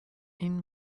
این